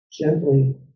gently